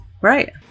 right